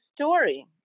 story